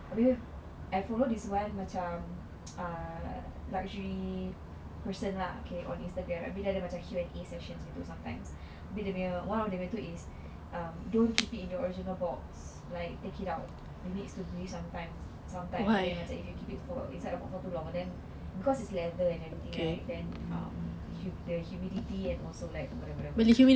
abeh I followed his wife macam a luxury person lah okay on instagram abeh dia ada macam Q&A session gitu sometimes abeh dia punya one of dia punya itu is um don't keep it in the original box like take it out it needs to breathe sometimes sometime abeh if you keep it for inside for too long then because it's leather and everything right then um the humidity and also whatever whatever